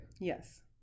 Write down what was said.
Yes